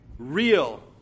Real